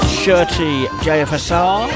shirtyjfsr